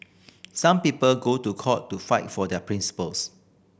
some people go to court to fight for their principles